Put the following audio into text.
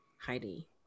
Heidi